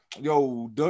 yo